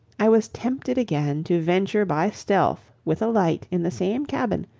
i was tempted again to venture by stealth with a light in the same cabin,